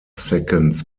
seconds